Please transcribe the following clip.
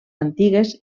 antigues